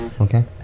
Okay